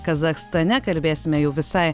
kazachstane kalbėsime jau visai